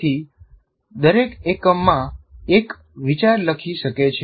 તેથી દરેક એકમમાં એક વિચાર લખી શકે છે